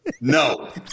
No